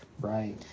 Right